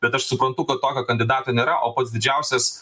bet aš suprantu kad tokio kandidato nėra o pats didžiausias